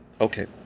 okay